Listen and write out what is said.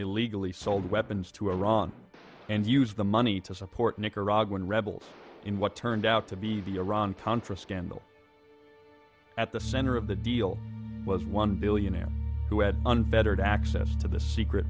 illegally sold weapons to iran and used the money to support nicaraguan rebels in what turned out to be the iran contra scandal at the center of the deal was one billionaire who had unfettered access to the secret